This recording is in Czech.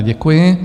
Děkuji.